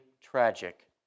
tragic